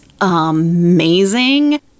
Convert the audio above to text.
amazing